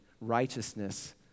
righteousness